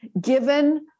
Given